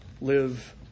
live